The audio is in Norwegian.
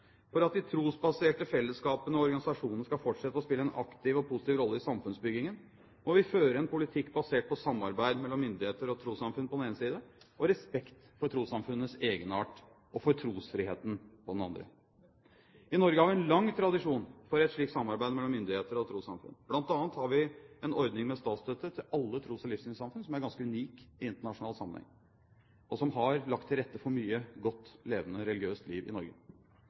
For at de trosbaserte fellesskapene og organisasjonene skal fortsette å spille en aktiv og positiv rolle i samfunnsbyggingen, må vi føre en politikk basert på samarbeid mellom myndigheter og trossamfunn på den ene siden og respekt for trossamfunnenes egenart og for trosfriheten på den andre. I Norge har vi en lang tradisjon for et slikt samarbeid mellom myndigheter og trossamfunn. Blant annet har vi en ordning med statsstøtte til alle tros- og livssynssamfunn som er ganske unik i internasjonal sammenheng, og som har lagt til rette for mye godt, levende og religiøst liv i Norge.